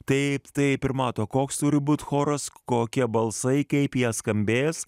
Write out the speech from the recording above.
taip taip ir mato koks turi būt choras kokie balsai kaip jie skambės